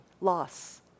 loss